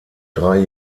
drei